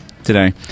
today